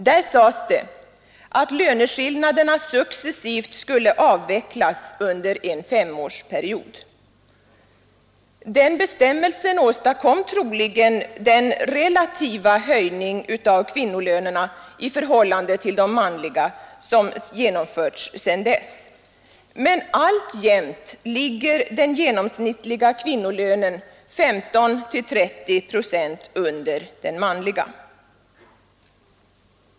Där sades det att löneskillnaderna successivt skulle avvecklas under en femårsperiod. Den bestämmelsen åstadkom troligen den relativa höjning av kvinnolönerna i förhållande till de manliga lönerna som genomförts sedan dess. Men alltjämt ligger den genomsnittliga kvinnolönen 15—30 procent under den manliga.